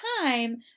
time